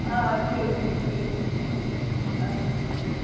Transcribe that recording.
آ ٹھیٖک چھُ ٹھیٖک چھُ